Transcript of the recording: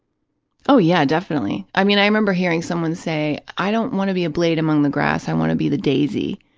oh, yeah, definitely. i mean, i remember hearing someone say, i don't want to be a blade among the grass, i want to be the daisy.